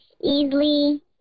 easily